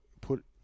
put